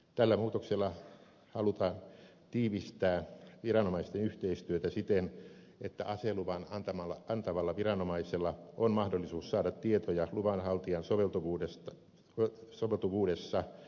tällä muutoksella halutaan tiivistää viranomaisten yhteistyötä siten että aseluvan antavalla viranomaisella on mahdollisuus saada tietoja luvanhaltijan soveltuvuudessa tapahtuneista muutoksista